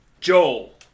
Joel